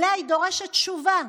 שעליה היא דורשת תשובה: